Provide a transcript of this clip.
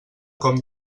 com